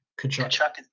Kachuk